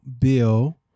Bill